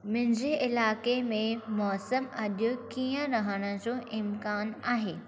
मुंहिंजे इलाइक़े में मौसमु अॼु कीअं रहण जो इम्कानु आहे